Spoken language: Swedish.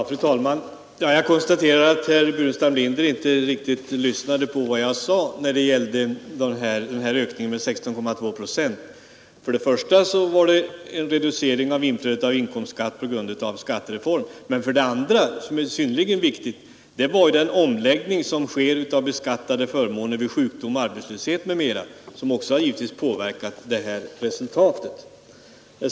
Fru talman! Jag konstaterar att herr Burenstam Linder inte riktigt lyssnade på vad jag sade när det gällde inkomstskatteökningen med 16,2 procent. För det första var det en reducering av inkomstskatten på grund av en skattereform, och för det andra — och det är synnerligen viktigt — har den omläggning som sker av beskattade förmåner vid sjukdom, arbetslöshet m.m. givetvis också påverkat resultatet.